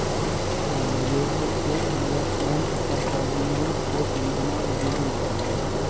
निवेशक को investment performance को समझना जरुरी होता है